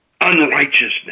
Unrighteousness